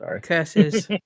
Curses